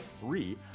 three